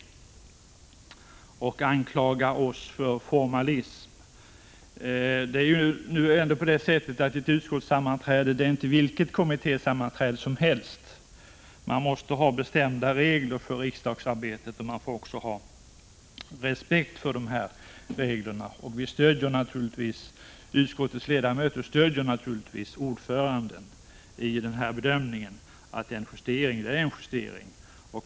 Alexander Chrisopoulos anklagade oss för formalism. Men ett utskottssammanträde är ändå inte vilket kommittésammanträde som helst. Man måste ha bestämda regler för riksdagsarbetet, och vi måste ha respekt för dessa regler. Utskottets ledamöter stöder naturligtvis ordföranden i bedömningen att en justering är en justering.